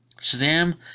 Shazam